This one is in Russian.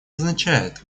означает